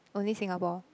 only Singapore